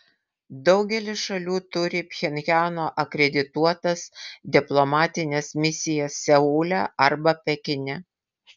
daugelis šalių turi pchenjano akredituotas diplomatines misijas seule arba pekine